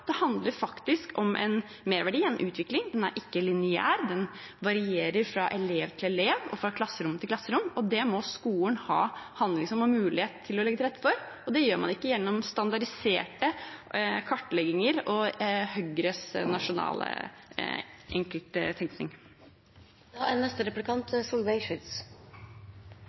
det, det handler faktisk om en merverdi, en utvikling. Den er ikke lineær, den varierer fra elev til elev og fra klasserom til klasserom. Det må skolen ha handlingsrom og mulighet til å legge til rette for, og det gjør man ikke gjennom standardiserte kartlegginger og Høyres nasjonale